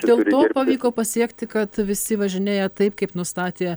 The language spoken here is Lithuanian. dėl to pavyko pasiekti kad visi važinėja taip kaip nustatė